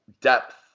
depth